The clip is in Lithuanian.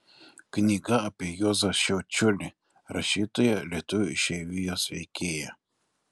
knyga apie juozą šiaučiulį rašytoją lietuvių išeivijos veikėją